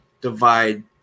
divide